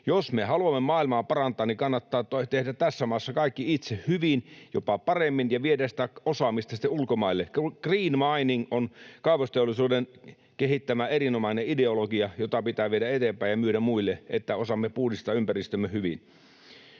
Jos me haluamme maailmaa parantaa, niin kannattaa tehdä tässä maassa kaikki itse hyvin, jopa paremmin, ja viedä sitä osaamista sitten ulkomaille. Green mining on kaivosteollisuuden kehittämä erinomainen ideologia, jota pitää viedä eteenpäin ja myydä muille; että osaamme puhdistaa ympäristömme hyvin.